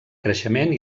creixement